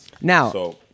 Now